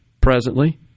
presently